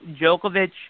Djokovic